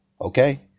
okay